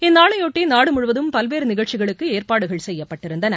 இந்நாளையொட்டி நாடு முழுவதும் பல்வேறு நிகழ்ச்சிகளுக்கு ஏற்பாடுகள் செய்யப்பட்டிருந்தன